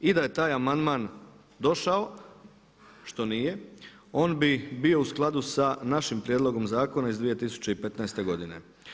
I da je taj amandman došao, što nije, on bi bio u skladu sa našim prijedlogom zakona iz 2015. godine.